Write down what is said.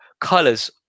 colors